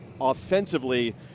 offensively